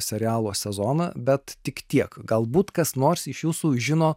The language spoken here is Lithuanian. serialo sezoną bet tik tiek galbūt kas nors iš jūsų žino